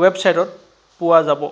ৱেবছাইটত পোৱা যাব